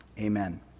Amen